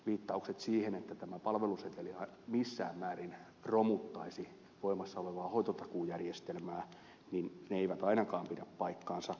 viittaukset siihen että tämä palveluseteli missään määrin romuttaisi voimassa olevaa hoitotakuujärjestelmää eivät ainakaan pidä paikkaansa